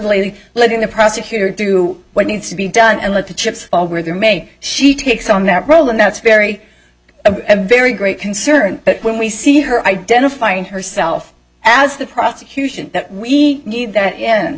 handedly letting the prosecutor do what needs to be done and let the chips fall where there may she takes on that role and that's very very great concern but when we see her identifying herself as the prosecution that we need that